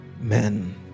Amen